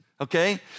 okay